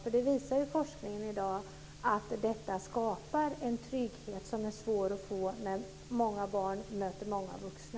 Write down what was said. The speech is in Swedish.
Forskningen i dag visar nämligen att detta skapar en trygghet som är svår att få när många barn möter många vuxna.